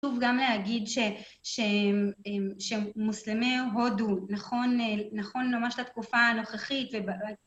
חשוב גם להגיד שמוסלמי הודו נכון ממש לתקופה הנוכחית